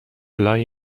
لای